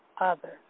others